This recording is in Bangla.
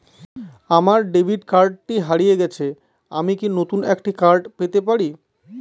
আমার ডেবিট কার্ডটি হারিয়ে গেছে আমি কি নতুন একটি কার্ড পেতে পারি?